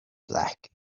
black